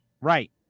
Right